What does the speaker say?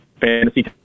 fantasy